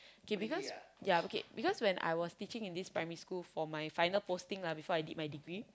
kay because yeah okay because when I was teaching in this primary school for my final posting lah before I did my degree